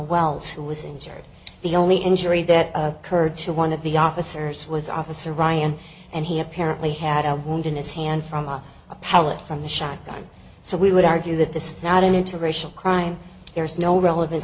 wells who was injured the only injury that a kurd to one of the officers was officer ryan and he apparently had a wound in his hand from a pellet from the shotgun so we would argue that this is not an interracial crime there is no relevant